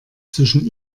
zwischen